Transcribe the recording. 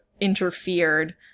interfered